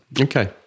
okay